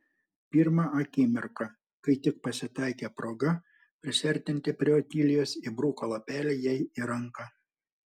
pirmą akimirką kai tik pasitaikė proga prisiartinti prie otilijos įbruko lapelį jai į ranką